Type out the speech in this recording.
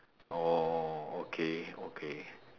orh okay okay